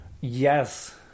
yes